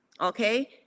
Okay